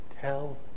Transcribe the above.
tell